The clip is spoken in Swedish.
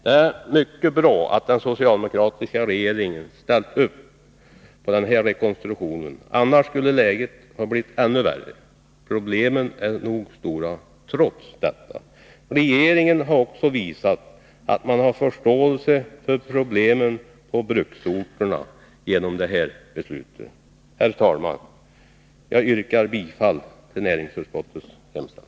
Det är mycket bra att den socialdemokratiska regeringen ställt upp på denna rekonstruktion, annars skulle läget ha blivit ännu värre. Problemen är stora nog, trots detta. Regeringen har också genom detta beslut visat att man har förståelse för problemen på bruksorterna. Herr talman! Jag yrkar bifall till näringsutskottets hemställan.